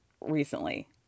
recently